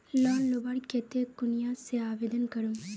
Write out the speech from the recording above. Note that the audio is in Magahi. लोन लुबार केते कुनियाँ से आवेदन करूम?